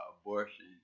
abortion